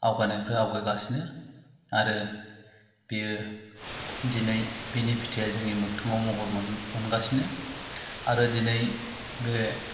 आवगायनायनिफ्राय आवगायगासिनो आरो बेयो दिनै बिनि फिथाइआ जोंनि मोगथाङाव महर मोनगासिनो आरो दिनै बे